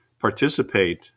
Participate